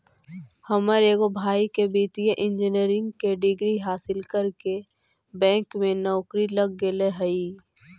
हमर एगो भाई के वित्तीय इंजीनियरिंग के डिग्री हासिल करके बैंक में नौकरी लग गेले हइ